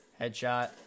Headshot